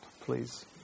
please